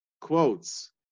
quotes